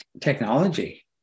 technology